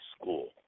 school